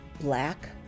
black